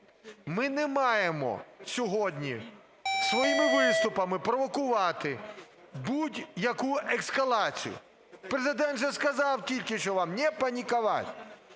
Ми не маємо сьогодні своїми виступами провокувати будь-яку ескалацію. Президент же сказав тільки що вам: "Не паниковать".